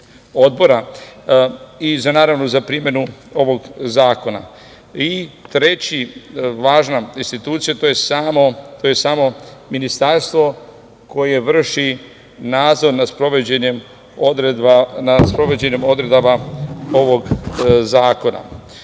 i naravno za primenu ovog zakona. Treća važna institucija je samo ministarstvo koje vrši nadzor nad sprovođenjem odredaba ovog zakona.